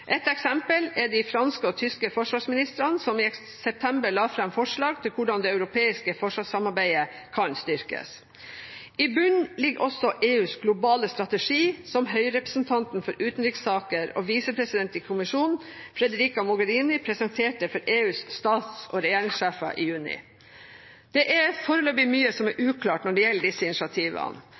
Et eksempel er de franske og tyske forsvarsministrene, som i september la fram forslag til hvordan det europeiske forsvarssamarbeidet kan styrkes. I bunnen ligger også EUs globale strategi, som høyrepresentanten for utenrikssaker og visepresident i kommisjonen, Frederica Mogherini, presenterte for EUs stats- og regjeringssjefer i juni. Det er foreløpig mye som er uklart når det gjelder disse initiativene.